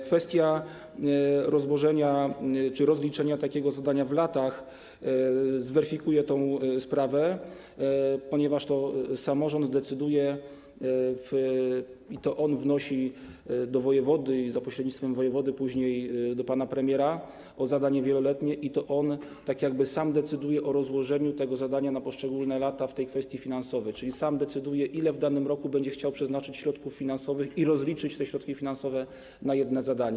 Kwestia rozłożenia czy rozliczenia takiego zadania w ciągu lat zweryfikuje tę sprawę, ponieważ to samorząd o tym decyduje, to on wnosi do wojewody - i za pośrednictwem wojewody później do pana premiera - o zadanie wieloletnie, i to on tak jakby sam decyduje o rozłożeniu tego zadania na poszczególne lata, jeśli chodzi o kwestie finansowe, czyli sam decyduje, ile w danym roku będzie chciał przeznaczyć środków finansowych - i jak rozliczyć te środki finansowe - na jedno zadanie.